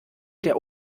der